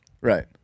Right